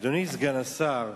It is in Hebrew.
אדוני סגן השר,